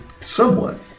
Somewhat